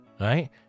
right